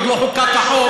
עוד לא חוקק החוק,